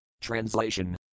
Translation